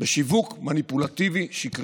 בשיווק מניפולטיבי שקרי,